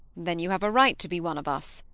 then you have a right to be one of us.